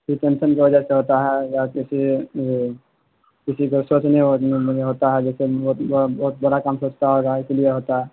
پھر ٹینشن کی وجہ سے ہوتا ہے یا کسی کسی کو سوچنے ووچنے میں ہوتا ہے لیکن وہ بھی بہت بڑا کام سوچتا ہوگا اسی لیے ہوتا ہے